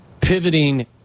pivoting